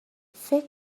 فکر